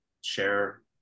share